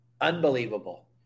unbelievable